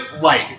Light